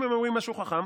אם הם אומרים משהו חכם,